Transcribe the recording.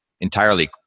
entirely